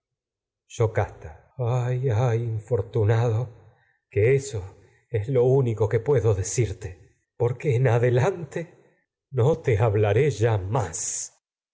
yocasta ay que ay infortunado en que eso es lo único puedo decirte porque adelante no te hablaré ya más